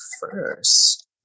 first